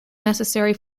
necessary